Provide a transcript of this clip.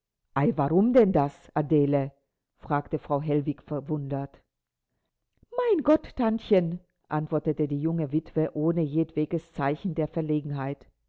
warum denn das adele fragte frau hellwig verwundert mein gott tantchen antwortete die junge witwe ohne jedwedes zeichen der verlegenheit